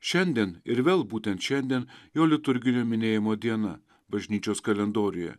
šiandien ir vėl būtent šiandien jo liturginio minėjimo diena bažnyčios kalendoriuje